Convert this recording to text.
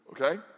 okay